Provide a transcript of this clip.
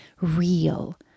real